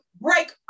break